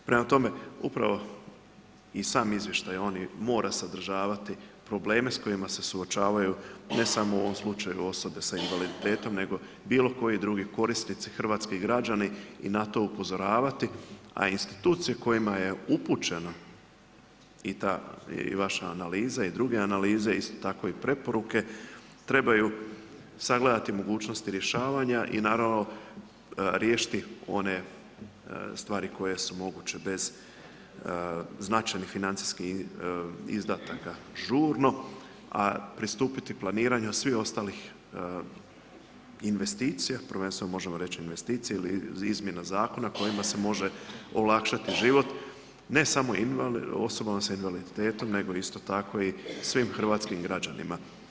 Prema tome, upravo i sam izvještaj, on mora sadržavati probleme s kojima se suočavaju, ne samo u ovom slučaju osobe sa invaliditetom, nego bilo koji drugi korisnici, hrvatski građani i na to upozoravati, a institucije kojima je upućeno i vaša analiza i druge analize, isto tako i preporuke, trebaju sagledati mogućnosti rješavanja i naravno riješiti one stvari koje su moguće bez značajnih financijskih izdataka žurno, a pristupiti planiranju svih ostalih investicija, prvenstveno možemo reći investicija ili izmjena zakona kojima se može olakšati život, ne samo osobama s invaliditetom, nego isto tako svim hrvatskim građanima.